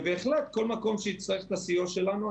ובהחלט כל מקום שיצטרך את הסיוע שלנו,